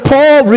Paul